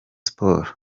sports